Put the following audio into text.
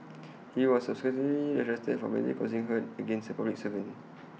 he was subsequently arrested for voluntarily causing hurt against A public servant